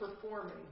performing